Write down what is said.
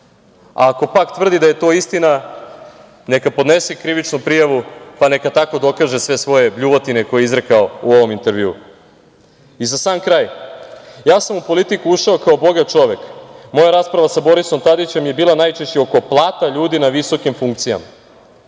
ako pak tvrdi da je to istina neka podnese krivičnu prijavu, pa neka tako dokaže sve svoje bljuvotine koje je izrekao u ovom intervju.Za sam kraj - ja sam u politiku ušao kao bogat čovek. Moja rasprava sa Borisom Tadićem je bila najčešće oko plata ljudi na visokim funkcijama.